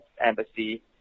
embassy